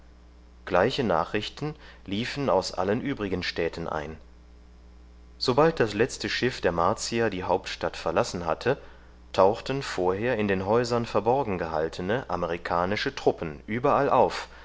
gleiche nachrichten liefen aus allen übrigen städten ein sobald das letzte schiff der martier die hauptstadt verlassen hatte tauchten vorher in den häusern verborgen gehaltene amerikanische truppen überall auf